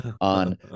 on